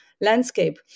landscape